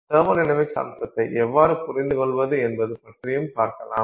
thermodynamics அம்சத்தை எவ்வாறு புரிந்து கொள்வது என்பது பற்றியும் பார்க்கலாம்